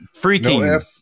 freaking